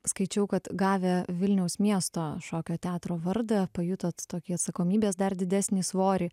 skaičiau kad gavę vilniaus miesto šokio teatro vardą pajutot tokį atsakomybės dar didesnį svorį